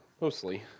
Mostly